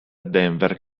denver